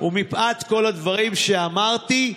ומפאת כל הדברים שאמרתי,